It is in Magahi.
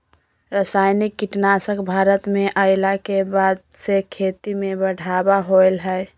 रासायनिक कीटनासक भारत में अइला के बाद से खेती में बढ़ावा होलय हें